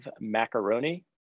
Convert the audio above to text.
Macaroni